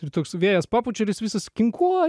ir toks vėjas papučia ir jis visas kinkuoj